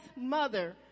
mother